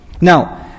Now